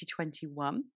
2021